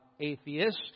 atheist